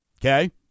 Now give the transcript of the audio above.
Okay